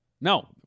No